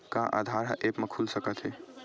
का आधार ह ऐप म खुल सकत हे?